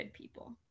people